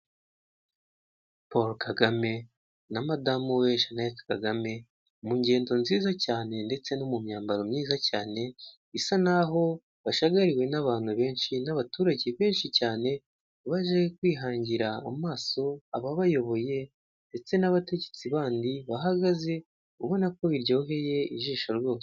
Paul KAGAME na madamu we Jeannette KAGAME, mu ngendo nziza cyane ndetse no mu myambaro myiza cyane, isa n'aho bashagariwe n'abantu benshi n'abaturage benshi cyane, baje kwihangira amaso ababayoboye ndetse n'abategetsi bandi bahagaze, ubona ko biryoheye ijisho rwose,